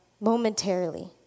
momentarily